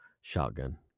shotgun